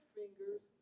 fingers